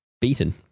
beaten